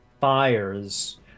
fires